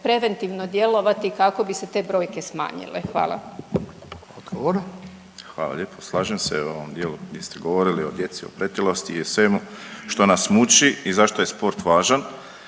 preventivno djelovati kako bi se te brojke smanjile. Hvala.